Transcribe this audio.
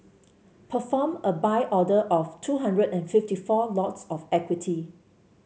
perform a Buy order of two hundred and fifty four lots of equity